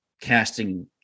casting